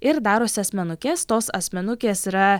ir darosi asmenukes tos asmenukės yra